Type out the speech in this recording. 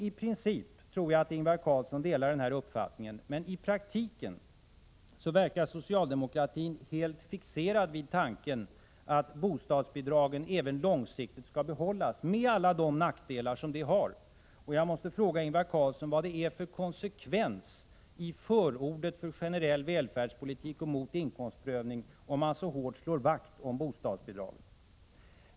I princip tror jag att Ingvar Carlsson delar den uppfattningen, men i praktiken verkar socialdemokratin helt fixerad vid tanken att bostadsbidragen även långsiktigt skall behållas, med alla de nackdelar som de har. Jag måste fråga Ingvar Carlsson vad det är för konsekvens i förordet för generell välfärdspolitik och mot inkomstprövning, om man så hårt slår vakt om bostadsbidragen.